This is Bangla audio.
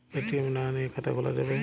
এ.টি.এম না নিয়ে খাতা খোলা যাবে?